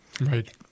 Right